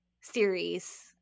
series